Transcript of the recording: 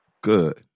Good